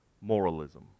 moralism